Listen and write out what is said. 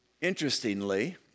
Interestingly